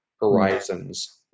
horizons